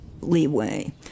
leeway